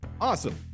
Awesome